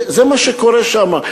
זה מה שקורה שם.